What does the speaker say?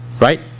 Right